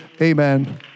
Amen